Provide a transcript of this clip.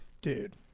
Dude